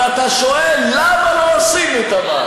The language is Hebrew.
אבל אתה שואל למה לא עושים את המהלך.